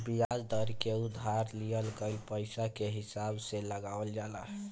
बियाज दर के उधार लिहल गईल पईसा के हिसाब से लगावल जाला